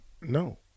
no